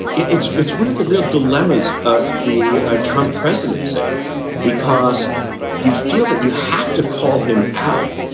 it's it's one of the real dilemmas of the ah trump presidency because you feel that you have to call him out.